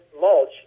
mulch